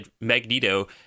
Magneto